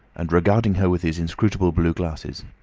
and regarding her with his inscrutable blue glasses.